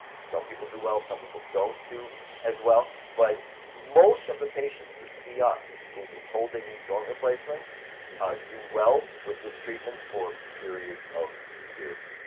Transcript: some people do well, some people don't do as well, but most of the patients that see us who have been told they need joint replacements ah do well with this treatment for a period of years.